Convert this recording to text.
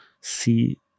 see